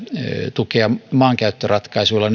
tukea maankäyttöratkaisuilla